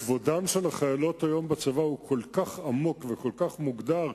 כבודן של החיילות היום בצבא הוא כל כך עמוק וכל כך מוגדר,